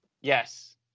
Yes